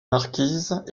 marquises